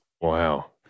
Wow